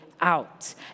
Out